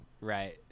right